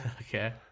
Okay